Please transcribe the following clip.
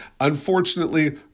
Unfortunately